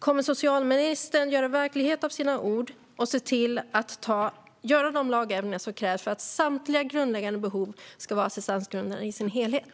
Kommer socialministern att göra verklighet av sina ord och se till att göra de lagändringar som krävs för att samtliga grundläggande behov ska vara assistansgrundande i sin helhet?